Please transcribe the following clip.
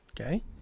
Okay